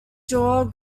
jaw